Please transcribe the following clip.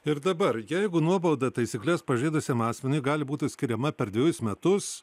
ir dabar jeigu nuobaudą taisykles pažeidusiam asmeniui gali būti skiriama per dvejus metus